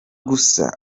gusa